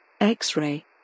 X-ray